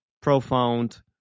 profound